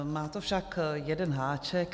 Má to však jeden háček.